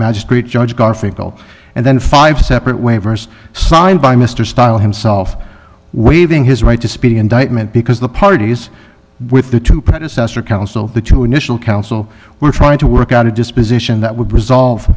magistrate judge garfinkel and then five separate waivers signed by mr style himself weaving his right to speak indictment because the parties with the two predecessor counsel the judicial council were trying to work out a disposition that would resolve